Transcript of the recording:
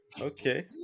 Okay